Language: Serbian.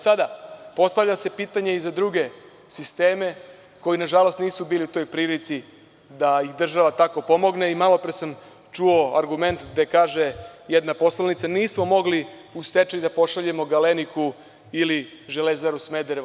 Sada, postavlja se pitanje i za druge sisteme koji nažalost nisu bili u toj prilici da ih država tako pomogne i malopre sam čuo argument gde kaže jedna poslanica – nismo mogli u stečaj da pošaljemo „Galeniku“ ili „Železaru Smederevu“